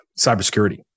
cybersecurity